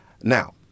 Now